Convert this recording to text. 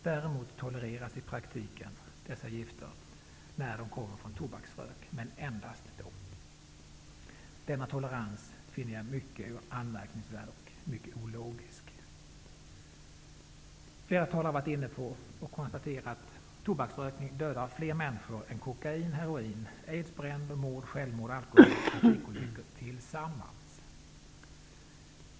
Däremot tolereras i praktiken dessa gifter när de kommer från tobaksrök -- men endast då. Denna tolerans finner jag mycket anmärkningsvärd och mycket ologisk. Flera talare har konstaterat att tobaksrökning dödar fler människor än vad kokain, heroin, aids, bränder, mord, självmord, alkohol och trafikolyckor tillsammans gör.